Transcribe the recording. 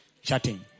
Chatting